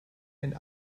and